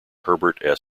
herbert